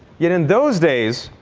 yet in those days,